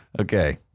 Okay